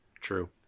True